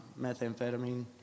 methamphetamine